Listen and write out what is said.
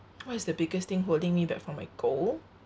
what is the biggest thing holding me back from my goal